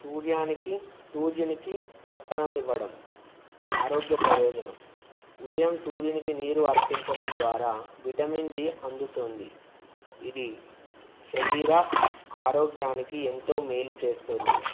సూర్యానికి సూర్యునికి తర్పణం ఇవ్వడం ఆరోగ్య ప్రయోజనం ఉదయం సూర్యునికి నీరు అర్పించడం ద్వారా విటమిన్ డి అందుతుం ది ఇది శరీర ఆరోగ్యానికి ఎంతో మేలు చేస్తుంది